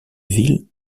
ville